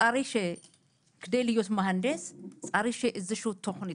כדי להיות מהנדס צריך איזושהי תוכנית,